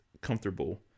comfortable